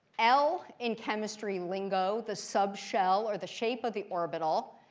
l in chemistry lingo, the subshell or the shape of the orbital.